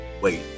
wait